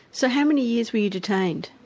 so how many years were you detained?